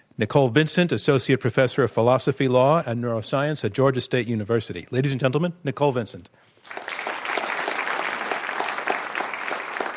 nicole vincent, associate professor of philosophy, law and neuroscience at georgia state university. ladies and gentlemen, nicole vincent. um